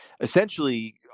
essentially